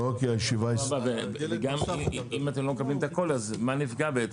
מה נפגע?